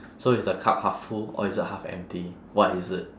so is the cup half full or is it half empty what is it